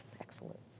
Excellent